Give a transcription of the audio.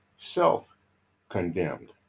self-condemned